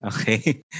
Okay